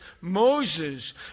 Moses